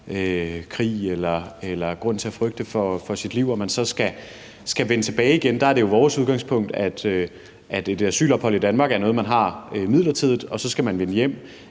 krig eller grund til at frygte for sit liv, skal man så vende tilbage igen? Der er det jo vores udgangspunkt, at et asylophold i Danmark er noget, man har midlertidigt, og så skal man vende hjem,